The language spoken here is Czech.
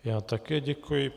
Já také děkuji.